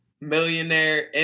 millionaire